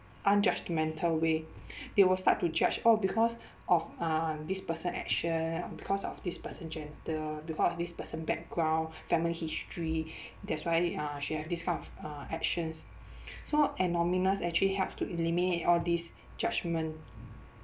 unjudgmental way they will start to judge oh because of uh this person action and because of this person gender because of this person background family history that's why uh she have this kind of uh actions so actually helps to eliminate all this judgment